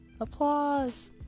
applause